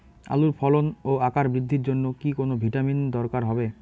আলুর ফলন ও আকার বৃদ্ধির জন্য কি কোনো ভিটামিন দরকার হবে?